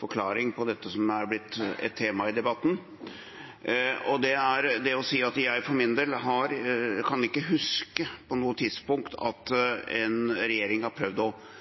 forklaring på dette som er blitt et tema i debatten. Jeg kan for min del ikke huske at en regjering på noe tidspunkt har prøvd å vri seg unna det som har vært kjernen i dette forliket, for det er det man i realiteten forsøker å